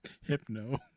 Hypno